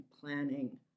planning